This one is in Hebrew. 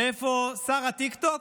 ואיפה שר הטיקטוק?